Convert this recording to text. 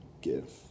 give